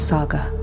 Saga